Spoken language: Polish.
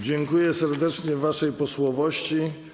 Dziękuję serdecznie waszej posłowości.